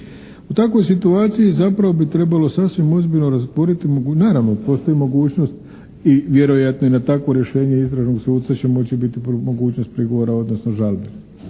U takvoj situaciji zapravo bi trebalo sasvim ozbiljno, naravno postoji mogućnost i vjerojatno i na takvo rješenje istražnog suca će moći biti mogućnost prigovora odnosno žalbe.